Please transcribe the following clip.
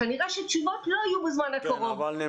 כנראה שתשובות לא יהיו בזמן הקרוב,